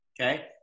Okay